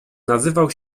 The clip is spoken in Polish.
nazywał